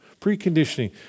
Preconditioning